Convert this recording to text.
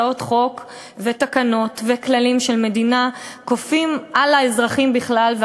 הצעות חוק ותקנות וכללים של מדינה כופים על האזרחים בכלל,